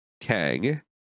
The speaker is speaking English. Kang